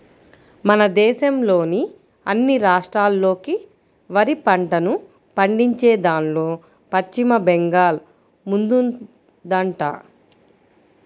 మన దేశంలోని అన్ని రాష్ట్రాల్లోకి వరి పంటను పండించేదాన్లో పశ్చిమ బెంగాల్ ముందుందంట